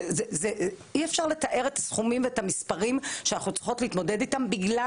אי אפשר לתאר את הסכומים והמספרים שאנחנו צריכות להתמודד איתם בגלל